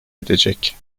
edecek